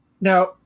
Now